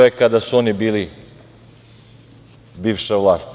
To je kada su oni bili bivša vlast.